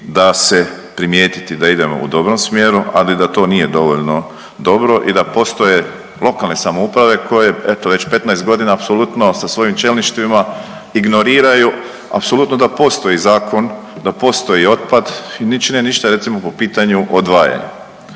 da se primijetiti da idemo u dobrom smjeru, ali da to nije dovoljno dobro i da postoje lokalne samouprave koje eto već 15 godina apsolutno sa svojim čelništvima ignoriraju apsolutno da postoji zakon, da postoji otpad i ne čine ništa recimo po pitanju odvajanja.